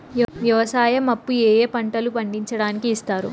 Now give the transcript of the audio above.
వ్యవసాయం అప్పు ఏ ఏ పంటలు పండించడానికి ఇస్తారు?